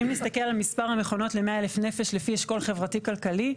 אם נסתכל על מספר המכונות ל-100 אלף נפש לפי אשכול חברתי כלכלי,